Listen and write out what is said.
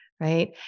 Right